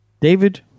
David